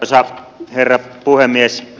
arvoisa herra puhemies